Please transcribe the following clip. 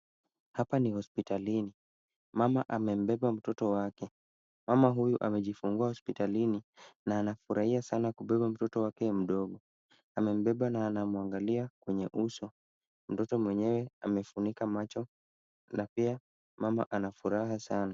Hapa ni hospitalini. Mama amembeba mtoto wake. Mama huyu amejifungua hospitalini na anafurahia sana kubeba mtoto wake mdogo. Amembeba na anamwangalia kwenye uso. Mtoto mwenyewe amefunika macho na pia mama ana furaha sana.